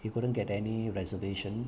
you couldn't get any reservation